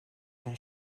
jean